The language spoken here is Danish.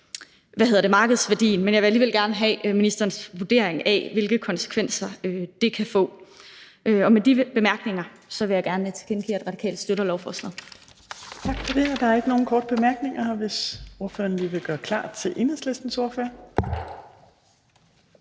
kan anvende markedsværdien, men jeg vil alligevel gerne have ministerens vurdering af, hvilke konsekvenser det kan få. Med de bemærkninger vil jeg gerne tilkendegive, at Radikale støtter lovforslaget.